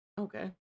Okay